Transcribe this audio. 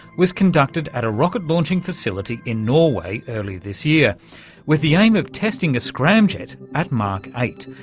was conducted at a rocket launching facility in norway earlier this year with the aim of testing a scramjet at mach eight,